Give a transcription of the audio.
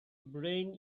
brain